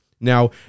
Now